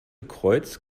kreuz